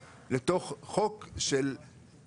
קנייה ושוברי תשלום לתוך חוק של תשלומים,